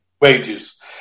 wages